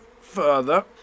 further